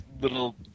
little